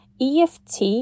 EFT